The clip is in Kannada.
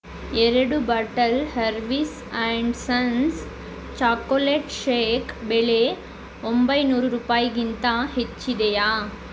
ಎರಡು ಬಾಟಲ್ ಹರ್ವಿಸ್ ಆ್ಯಂಡ್ ಸನ್ಸ್ ಚಾಕೊಲೇಟ್ ಶೇಕ್ ಬೆಲೆ ಒಂಬೈನೂರು ರೂಪಾಯಿಗಿಂತ ಹೆಚ್ಚಿದೆಯೇ